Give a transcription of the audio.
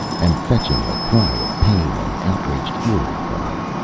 and fetching a cry of pain and outraged fury from her.